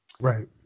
Right